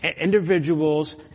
individuals